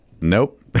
Nope